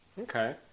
Okay